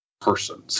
person